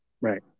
Right